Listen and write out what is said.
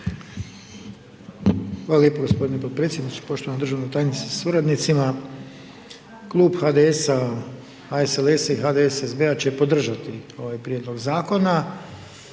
Hvala lijepo g. potpredsjedniče, poštovana državna tajnice sa suradnicima. Klub HDS-HSLS-HDSSB-a će podržati ovaj prijedlog zakona,